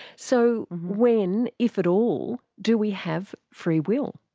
so when, if at all, do we have free will?